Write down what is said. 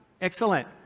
excellent